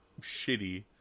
shitty